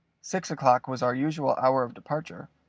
six o'clock was our usual hour of departure,